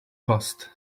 bust